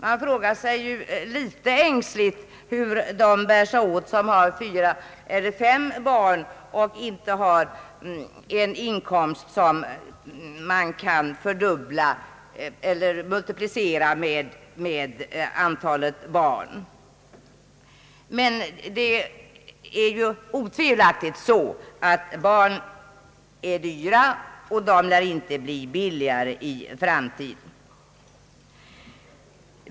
Man frågar sig litet ängsligt, hur de bär sig åt som har fyra eller fem barn och som inte har en inkomst motsvarande den summan multiplicerad med antalet barn. Men det förhåller sig ju otvivelaktigt så att det är dyrt att ha barn, och det lär inte bli billigare i framtiden heller.